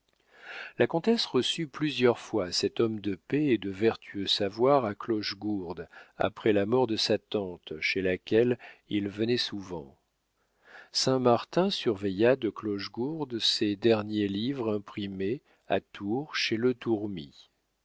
la comtesse reçut plusieurs fois cet homme de paix et de vertueux savoir à clochegourde après la mort de sa tante chez laquelle il venait souvent saint-martin surveilla de clochegourde ses derniers livres imprimés à tours chez letourmy